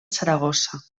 saragossa